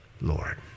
Lord